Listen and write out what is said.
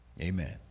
Amen